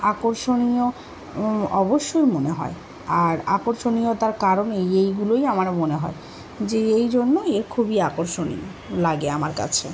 আকর্ষণীয় অবশ্যই মনে হয় আর আকর্ষণীয়তার কারণেই এইগুলোই আমার মনে হয় যে এই জন্যই এর খুবই আকর্ষণীয় লাগে আমার কাছে